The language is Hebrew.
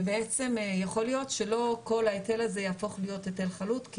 ובעצם יכול להיות שלא כל ההיטל הזה יהפוך להיות היטל חלוט כי